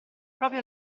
proprio